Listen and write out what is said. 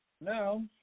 Now